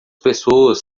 pessoas